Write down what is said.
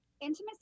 Intimacy